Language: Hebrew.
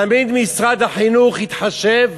תמיד משרד החינוך התחשב